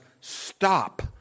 stop